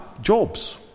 jobs